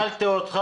שאלתי אותך